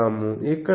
ఇక్కడ x1 1